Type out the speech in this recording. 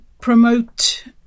promote